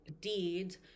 deeds